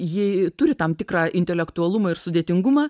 jie turi tam tikrą intelektualumą ir sudėtingumą